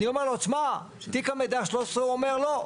אני אומר לו תשמע, תיק המידע 13 הוא אומר לא,